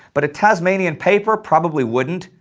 but a tasmanian paper probably wouldn't,